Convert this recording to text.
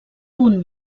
punt